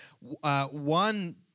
one